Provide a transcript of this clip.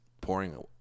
pouring